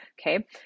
Okay